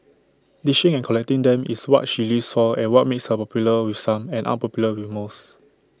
dishing and collecting them is what she lives saw and what makes her popular with some and unpopular with most